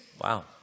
Wow